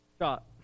shot